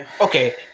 Okay